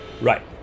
Right